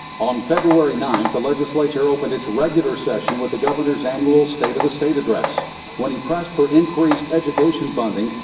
on february ninth, the legislature opened its regular session with the governor's annual state of the state address when he pressed for increased education funding.